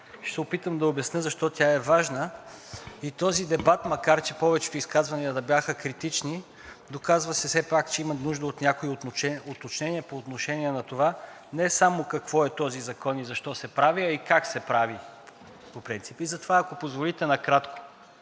се опитам да обясня защо тя е важна. Този дебат, макар че повечето изказвания да бяха критични, доказа все пак, че има нужда от някои уточнения по отношение на това не само какво е този закон и защо се прави, а и как се прави по принцип. Затова, ако позволите, накратко.